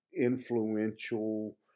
influential